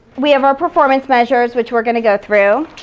we have our performance measures, which we're gonna go through.